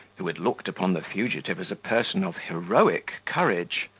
who had looked upon the fugitive as a person of heroic courage,